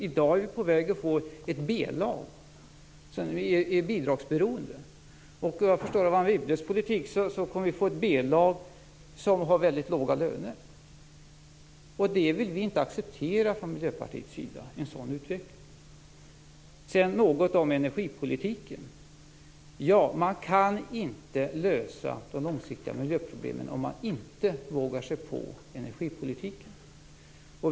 I dag är vi på väg att få ett B-lag som är bidragsberoende. Såvitt jag förstår av Anne Wibbles politik kommer vi att få ett B-lag som har mycket låga löner. En sådan utveckling vill vi inte acceptera från Miljöpartiets sida. Något vill jag också säga om energipolitiken. Man kan inte lösa de långsiktiga miljöproblemen om man inte vågar sig på energipolitiken.